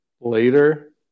later